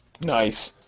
Nice